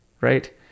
right